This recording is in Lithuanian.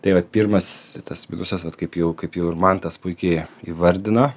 tai vat pirmas tas minusas vat kaip jau kaip jau ir mantas puikiai įvardino